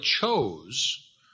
chose